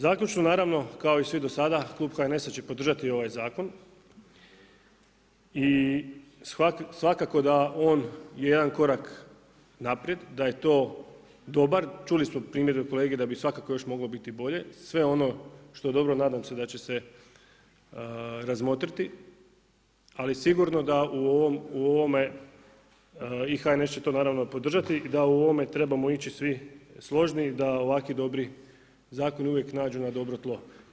Zaključno naravno kao i svi dosada, klub HNS-a će podržati ovaj zakon, i svakako da on je jedan korak naprijed, da je to dobar, čuli smo primjedbe od kolege da bi svakako još moglo biti bolje, sve ono što je dobro, nadam se da će se razmotriti ali sigurno da u ovome, i HNS će to naravno podržati i da u ovome trebamo ići svi složni, da ovakvi dobri zakoni uvijek naiđu na dobro tlo.